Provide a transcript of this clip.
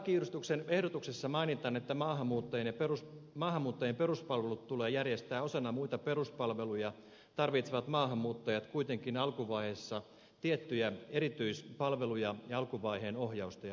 vaikka lakiuudistusehdotuksessa mainitaan että maahanmuuttajien peruspalvelut tulee järjestää osana muita peruspalveluja tarvitsevat maahanmuuttajat kuitenkin alkuvaiheessa tiettyjä erityispalveluja ja alkuvaiheen ohjausta ja neuvontaa